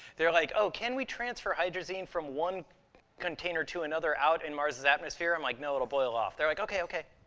they're like, oh, can we transfer hydrazine from one container to another out in mars' atmosphere? i'm like, no, it'll boil off. they're like, okay, okay.